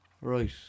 right